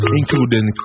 including